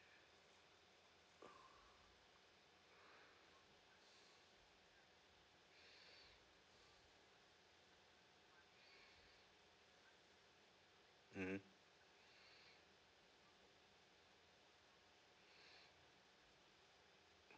mmhmm